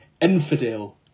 infidel